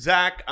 Zach